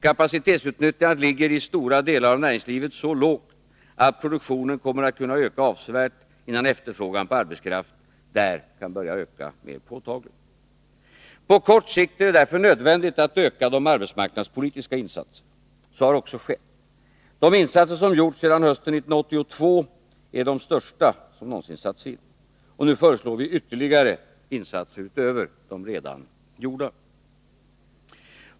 Kapacitetsutnyttjandet ligger i stora delar av näringslivet så lågt, att produktionen kommer att kunna öka avsevärt innan efterfrågan på arbetskraft där kan börja öka mera påtagligt. På kort sikt är det därför nödvändigt att öka de arbetsmarknadspolitiska insatserna. Så har också skett. De insatser som gjorts sedan hösten 1982 är de största som någonsin satts in, och nu föreslår vi ytterligare insatser utöver de redan gjorda.